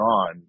on